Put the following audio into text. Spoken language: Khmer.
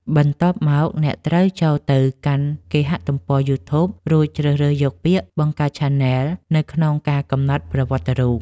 បន្ទាប់មក អ្នកត្រូវចូលទៅកាន់គេហទំព័រ យូធូប រួចជ្រើសរើសយកពាក្យ បង្កើតឆានែល នៅក្នុងការកំណត់ប្រវត្តិរូប។